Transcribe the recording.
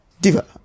Diva